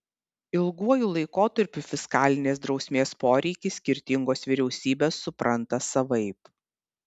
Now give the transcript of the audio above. ilguoju laikotarpiu fiskalinės drausmės poreikį skirtingos vyriausybės supranta savaip